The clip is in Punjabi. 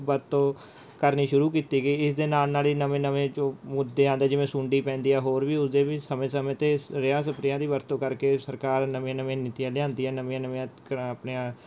ਵਰਤੋਂ ਕਰਨੀ ਸ਼ੁਰੂ ਕੀਤੀ ਗਈ ਇਸ ਦੇ ਨਾਲ ਨਾਲ ਹੀ ਨਵੇਂ ਨਵੇਂ ਜੋ ਮੁੱਦੇ ਆਉਂਦੇ ਜਿਵੇਂ ਸੁੰਢੀ ਪੈਂਦੀ ਹੈਂ ਹੋਰ ਵੀ ਉਹਦੇ ਵਿੱਚ ਸਮੇਂ ਸਮੇਂ 'ਤੇ ਰੇਆਂ ਸਪਰੇਆਂ ਦੀ ਵਰਤੋਂ ਕਰਕੇ ਸਰਕਾਰ ਨਵੀਆਂ ਨਵੀਆਂ ਨੀਤੀਆਂ ਲਿਆਉਂਦੀ ਹੈ ਨਵੀਆਂ ਨਵੀਆਂ ਕਰ ਆਪਣੀਆਂ